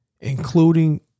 including